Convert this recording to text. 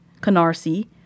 Canarsie